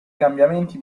cambiamenti